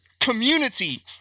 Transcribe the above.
community